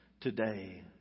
today